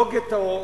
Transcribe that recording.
לא גטאות,